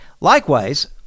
Likewise